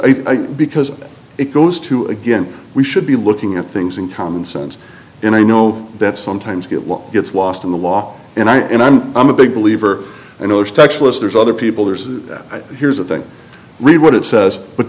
i because it goes to again we should be looking at things in common sense and i know that sometimes get what gets lost in the law and i and i'm i'm a big believer and there's other people there's that here's the thing read what it says but